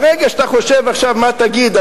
ברגע שאתה חושב עכשיו מה תגיד,